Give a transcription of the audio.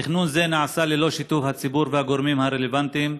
תכנון זה נעשה ללא שיתוף הציבור והגורמים הרלוונטיים,